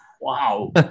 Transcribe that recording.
Wow